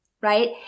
right